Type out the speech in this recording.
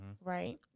right